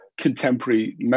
contemporary